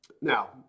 now